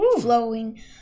flowing